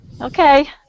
Okay